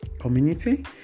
community